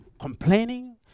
complaining